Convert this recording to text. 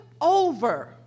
over